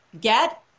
get